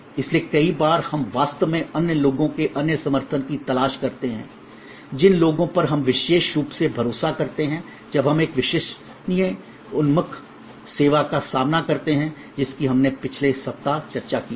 इसलिए कई बार हम वास्तव में अन्य लोगों के अन्य समर्थन की तलाश करते हैं जिन लोगों पर हम विशेष रूप से भरोसा करते हैं जब हम एक विश्वसनीय उन्मुख सेवा का सामना करते हैं जिसकी हमने पिछले सप्ताह चर्चा की थी